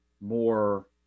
more